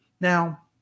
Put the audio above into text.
Now